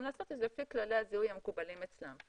לעשות את זה לפי כללי הזיהוי המקובלים אצלן.